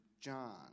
John